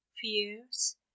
fears